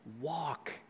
Walk